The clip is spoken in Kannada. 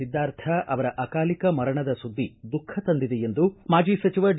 ಸಿದ್ದಾರ್ಥ್ ಅವರ ಅಕಾಲಿಕ ಮರಣದ ಸುದ್ದಿ ದುಖ ತಂದಿದೆ ಎಂದು ಮಾಜಿ ಸಚಿವ ಡಿ